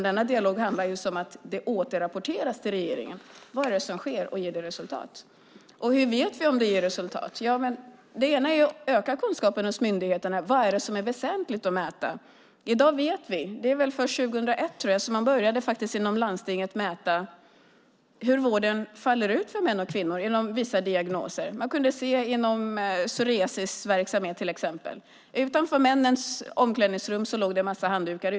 Denna dialog handlar om att det återrapporteras till regeringen vad det är som sker och vad det ger för resultat. Och hur vet vi om det ger resultat? En del är att öka kunskapen hos myndigheterna om vad som är väsentligt att mäta. I dag vet vi. Det var först 2001, tror jag, som man inom landstingen började mäta hur vården faller ut för män och kvinnor inom vissa diagnoser. Man kunde se hur det såg ut till exempel inom psoriasisverksamheten. Utanför männens omklädningsrum låg det en massa handdukar.